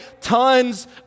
tons